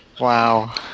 Wow